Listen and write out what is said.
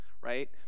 right